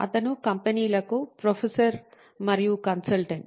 అతను కంపెనీలకు ప్రొఫెసర్ మరియు కన్సల్టెంట్